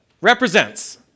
represents